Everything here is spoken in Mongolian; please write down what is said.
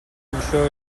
өглөө